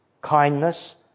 kindness